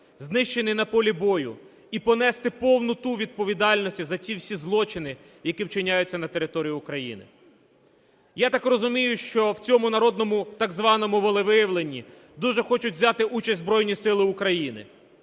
Знищений на полі бою і понести повну ту відповідальність за ті всі злочини, які вчиняються на території України. Я так розумію, що в цьому народному, так званому, волевиявленні, дуже хочуть взяти участь Збройні Сили України,